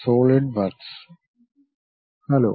solid works hello